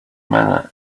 minute